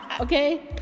Okay